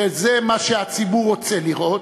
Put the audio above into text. שזה מה שהציבור רוצה לראות,